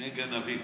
שני גנבים.